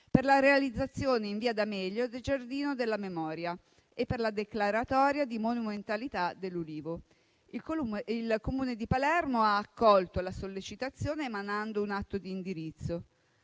per la realizzazione in via D'Amelio del Giardino della memoria e per la declaratoria di monumentalità dell'ulivo. Il Comune di Palermo ha accolto la sollecitazione, emanando un atto di indirizzo.